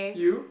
you